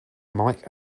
mike